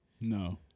No